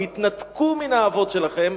הם התנתקו מן האבות שלהם,